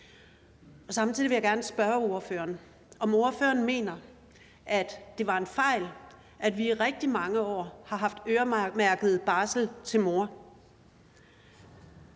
Samtidig vil jeg gerne spørge ordføreren, om ordføreren mener, det er en fejl, at vi i rigtig mange år har haft øremærket barsel til mor.